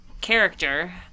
character